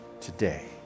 today